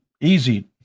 easy